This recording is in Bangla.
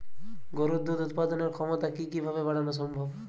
গরুর দুধ উৎপাদনের ক্ষমতা কি কি ভাবে বাড়ানো সম্ভব?